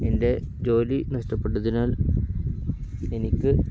എൻ്റെ ജോലി നഷ്ടപ്പെട്ടതിനാൽ എനിക്ക്